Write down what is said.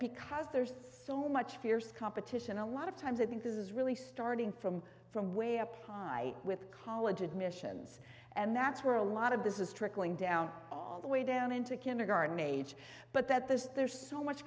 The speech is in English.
because there's so much fierce competition a lot of times i think this is really starting from from way up high with college admissions and that's where a lot of this is trickling down all the way down into kindergarten age but that there's there's so much